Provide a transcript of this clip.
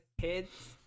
kid's